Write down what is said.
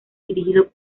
dirigido